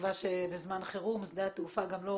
ובתקווה שבזמן חירום שדה התעופה גם לא